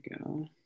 go